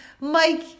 Mike